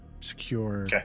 secure